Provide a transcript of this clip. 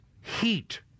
heat